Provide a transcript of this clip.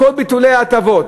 כל ביטולי ההטבות,